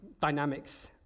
dynamics